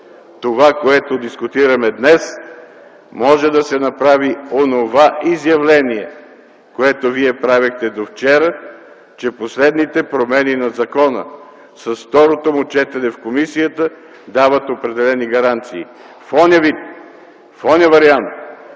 това, което дискутираме днес, може да се направи онова изявление, което Вие правехте до вчера – че последните промени на закона с второто му четене в комисията дават определени гаранции. В онзи вид, в онзи вариант,